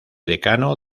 decano